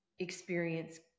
experience